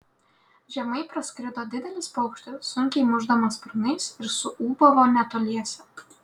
žemai praskrido didelis paukštis sunkiai mušdamas sparnais ir suūbavo netoliese